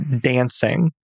dancing